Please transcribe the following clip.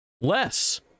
less